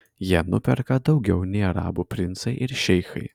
jie nuperka daugiau nei arabų princai ir šeichai